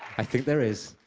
i think there is.